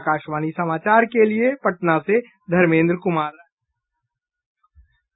आकाशवाणी समाचार के लिए पटना से धर्मेन्द्र कुमार राय